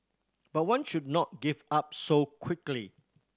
but one should not give up so quickly